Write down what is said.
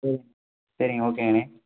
ஓ சரிங்க ஓகேங்கண்ணே